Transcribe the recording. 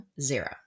zero